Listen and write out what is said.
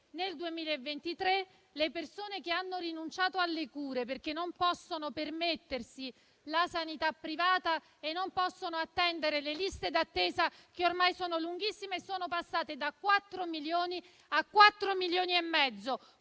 nel 2023 le persone che hanno rinunciato alle cure - perché non possono permettersi la sanità privata e non possono attendere le liste d'attesa, che ormai sono lunghissime - sono passate da 4 a 4,5 milioni.